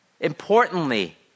importantly